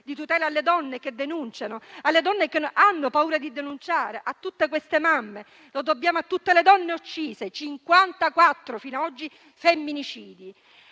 di tutela alle donne che denunciano, alle donne che hanno paura di denunciare, a tutte quelle mamme. Lo dobbiamo a tutte le donne uccise (54 femminicidi